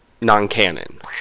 non-canon